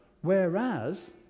Whereas